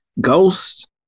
Ghost